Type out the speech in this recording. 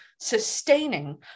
sustaining